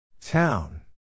Town